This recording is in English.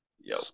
yo